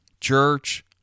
church